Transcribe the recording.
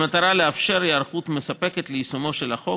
במטרה לאפשר היערכות מספקת ליישומו של החוק,